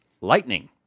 Lightning